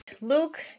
Luke